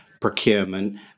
procurement